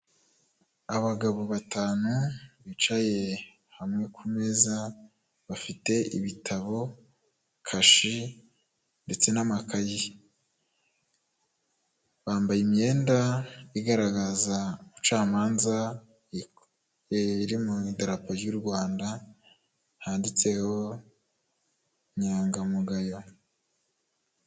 Ni umwari ufite imisatsi izinze nyweri, yambaye umupira w'icyatsi amanitse akaboko arafungura icyapa afite umupira wanditseho ijambo vuba, icyapa afungura nacyo cyanditseho ayo magambo.